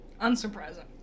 Unsurprising